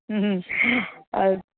अस्तु